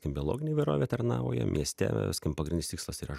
kaip biologinė įvairovė tarnauja mieste skim pagrinis tikslas yra